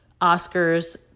Oscars